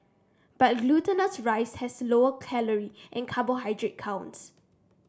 but glutinous rice has lower calorie and carbohydrate counts